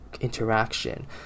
interaction